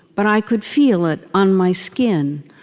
but i could feel it on my skin,